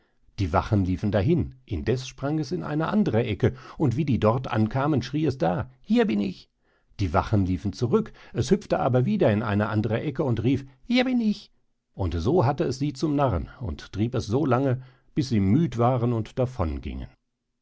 die wachen liefen dahin indeß sprang es in eine andere ecke und wie die dort ankamen schrie es da hier bin ich die wachen liefen zurück es hüpfte aber wieder in eine andere ecke und rief hier bin ich und so hatte es sie zum narren und trieb es so lange bis sie müd waren und